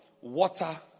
water